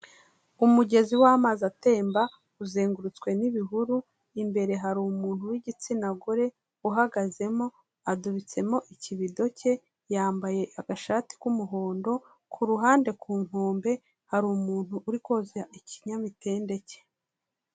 Umugezi w'amazi atemba, uzengurutswe n'ibihuru, imbere hari umuntu w'igitsina gore, uhagazemo, adubitsemo ikibido cye, yambaye agashati k'umuhondo, ku ruhande ku nkombe, hari umuntu uri koza ikinyamitende cye.